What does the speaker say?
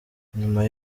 nyuma